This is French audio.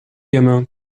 gamin